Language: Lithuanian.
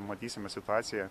matysime situaciją